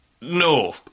No